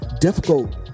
Difficult